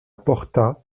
porta